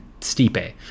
Stipe